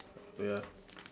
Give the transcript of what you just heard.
wait ah